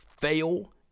fail